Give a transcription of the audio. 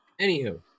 anywho